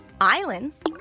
islands